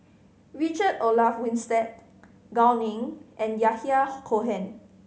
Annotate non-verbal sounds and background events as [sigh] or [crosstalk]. Richard Olaf Winstedt Gao Ning and Yahya [unintelligible] Cohen